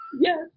yes